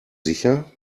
sicher